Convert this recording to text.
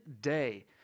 day